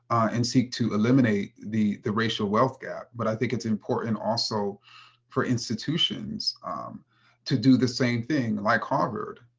and seek to eliminate the the racial wealth gap, but i think it's important also for institutions to do the same thing, like harvard.